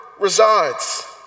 resides